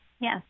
Yes